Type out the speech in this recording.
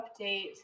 update